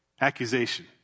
accusation